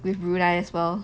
with brunei as well